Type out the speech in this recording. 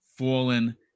Fallen